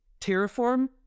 Terraform